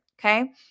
okay